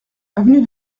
avenue